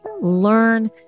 learn